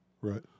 Right